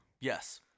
Yes